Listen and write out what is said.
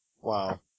Wow